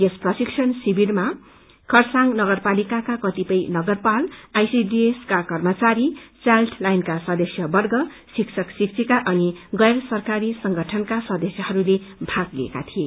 यस प्रशिक्षण शिविरमा खरसाङ नगरपालिकाका कतिपय नगरपाल आईसीडीएस का कर्मचारी चाइल्ड लाइनका सदस्यवर्ग शिक्षक शिक्षिका अनि गैरसरकारी संगठनका सदस्यहरूले भाग लिएका थिए